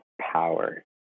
power